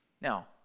Now